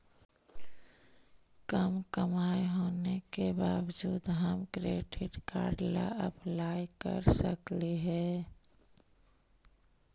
कम कमाई होने के बाबजूद हम क्रेडिट कार्ड ला अप्लाई कर सकली हे?